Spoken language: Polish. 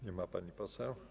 Nie ma pani poseł?